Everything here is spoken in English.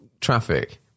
traffic